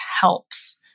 helps